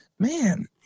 man